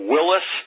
Willis